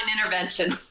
intervention